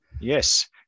Yes